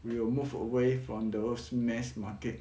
we will move away from those mass market